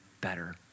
better